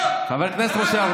תתבייש לך,